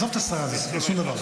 עזוב את השררה, זה שום דבר.